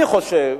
אני חושב,